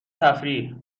تفریح